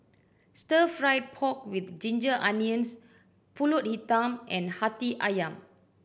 Stir Fried Pork With Ginger Onions Pulut Hitam and Hati Ayam